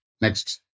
Next